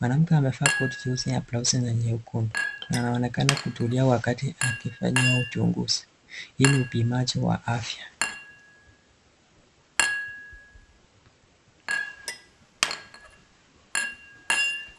Mwanamke amevaa koti jeusi na (blouse) nyekundu na anaonekana kutulia wakati akifanyiwa uchunguzi. Hii ni upimaji wa afya.